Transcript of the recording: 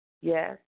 yes